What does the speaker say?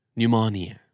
Pneumonia